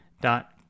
dot